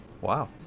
Wow